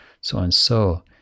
so-and-so